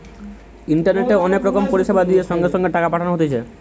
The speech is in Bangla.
ইন্টারনেটে অনেক রকম পরিষেবা দিয়ে সঙ্গে সঙ্গে টাকা পাঠানো হতিছে